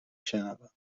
شنوم